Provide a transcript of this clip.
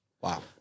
Wow